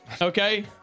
Okay